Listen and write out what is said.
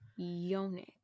yonic